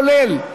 כולל.